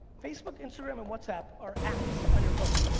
facebook, instagram and whatsapp are apps on your phone,